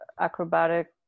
acrobatic